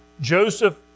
Joseph